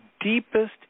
deepest